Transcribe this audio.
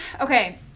okay